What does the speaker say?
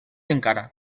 encara